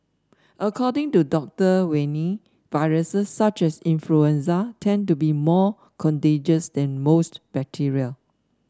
according to Doctor Wiener viruses such as influenza tend to be more contagious than most bacteria